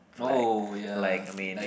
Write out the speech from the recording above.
like like I mean